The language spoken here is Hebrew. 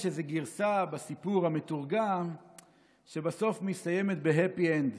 יש איזו גרסה בסיפור המתורגם שבסוף מסתיימת ב-happy end,